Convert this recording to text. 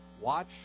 watch